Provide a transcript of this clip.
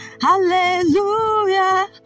Hallelujah